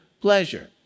pleasure